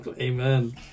Amen